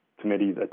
committee's